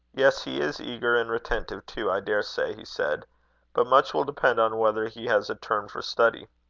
yes, he is eager, and retentive, too, i daresay, he said but much will depend on whether he has a turn for study.